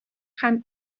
һәм